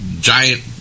giant